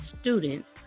students